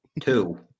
Two